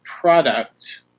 product